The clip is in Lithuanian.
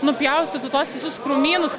nupjaustytų tuos visus krūmynus